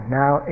now